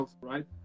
right